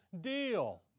deal